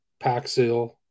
paxil